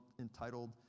entitled